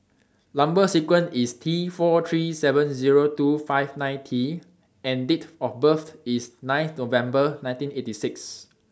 Number sequence IS T four three seven Zero two five nine T and Date of birth IS nine November nineteen eighty six